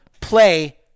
play